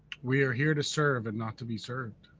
we are here to serve, and not to be served.